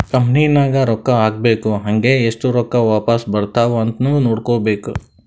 company ನಾಗ್ ರೊಕ್ಕಾ ಹಾಕ್ಬೇಕ್ ಹಂಗೇ ಎಸ್ಟ್ ರೊಕ್ಕಾ ವಾಪಾಸ್ ಬರ್ತಾವ್ ಅಂತ್ನು ನೋಡ್ಕೋಬೇಕ್